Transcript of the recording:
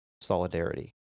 solidarity